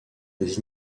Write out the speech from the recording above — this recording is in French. des